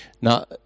Now